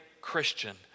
Christian